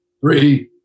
Three